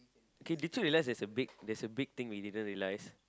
okay did you realise there's a big there's a big thing we didn't realise